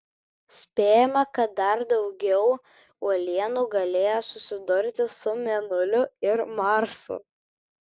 spėjama kad dar daugiau uolienų galėjo susidurti su mėnuliu ir marsu